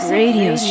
radio